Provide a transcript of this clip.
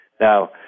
Now